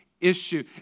issue